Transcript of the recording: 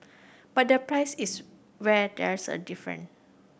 but the price is where there's a different